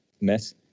mess